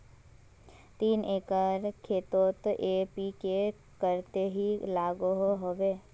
तीन एकर खेतोत एन.पी.के कतेरी लागोहो होबे?